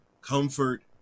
comfort